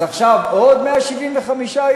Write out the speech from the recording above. אז עכשיו עוד 175 יום?